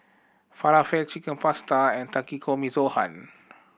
Falafel Chicken Pasta and Takikomi's gohan